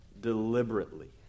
deliberately